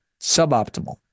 suboptimal